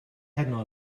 heno